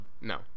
No